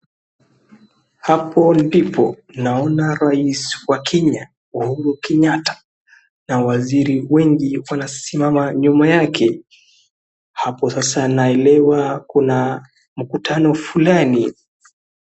Hapa ndipo naona rais wa Kenya Uhuru Kenyatta na waziri wengi wanasimama nyuma yake. Hapo sasa naelewa kuna mkutano fulani.